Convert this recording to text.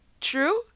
True